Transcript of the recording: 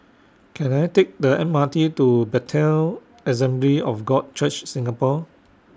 Can I Take The M R T to Bethel Assembly of God Church Singapore